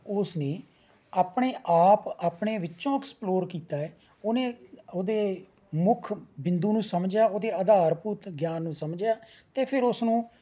ਉਸ ਨੇ ਆਪਣੇ ਆਪ ਆਪਣੇ ਵਿੱਚੋਂ ਐਕਸਪਲੌਰ ਕੀਤਾ ਹੈ ਉਹਨੇ ਉਹਦੇ ਮੁੱਖ ਬਿੰਦੂ ਨੂੰ ਸਮਝਿਆ ਉਹਦੇ ਆਧਾਰਭੂਤ ਗਿਆਨ ਨੂੰ ਸਮਝਿਆ ਅਤੇ ਫਿਰ ਉਸ ਨੂੰ